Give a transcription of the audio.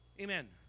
Amen